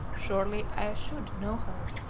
surely i should know her,